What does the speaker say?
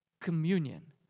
communion